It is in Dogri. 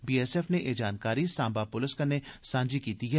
बीएसएफ नै एह् जानकारी सांबा पुलस कन्नै सांझी कीती ऐ